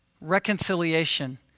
Reconciliation